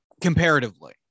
comparatively